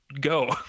Go